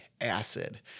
acid